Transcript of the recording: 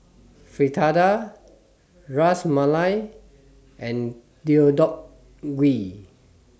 Fritada Ras Malai and Deodeok Gui